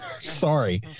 Sorry